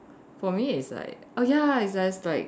for me is like oh ya it's just like